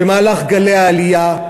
במהלך גלי העלייה.